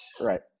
right